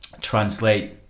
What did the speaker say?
translate